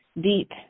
deep